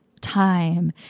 time